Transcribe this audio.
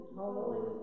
holy